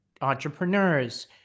entrepreneurs